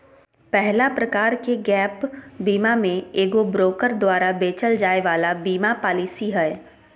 पहला प्रकार के गैप बीमा मे एगो ब्रोकर द्वारा बेचल जाय वाला बीमा पालिसी हय